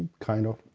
kind of,